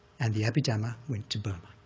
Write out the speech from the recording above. and the abhidhamma went to burma,